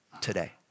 today